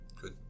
good